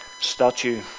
statue